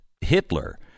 Hitler